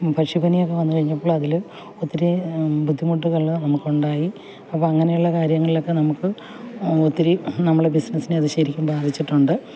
പക്ഷി പനിയൊക്കെ വന്നു കഴിഞ്ഞപ്പോൾ അതിൽ ഒത്തിരി ബുദ്ധിമുട്ടുകൾ നമുക്ക് ഉണ്ടായി അപ്പോൾ അങ്ങനെയുള്ള കാര്യങ്ങളൊക്കെ നമ്മൾക്ക് ഒത്തിരി നമ്മൾ ബിസ്സിനസ്സിനെ അത് ശരിക്കും ബാധിച്ചിട്ടുണ്ട്